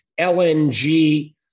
LNG